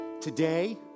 Today